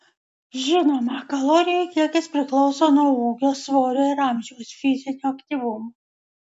žinoma kalorijų kiekis priklauso nuo ūgio svorio ir amžiaus fizinio aktyvumo